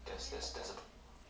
that's that's that's a